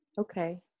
Okay